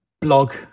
blog